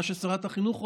מה ששרת החינוך רוצה.